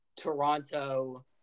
Toronto